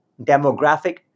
demographic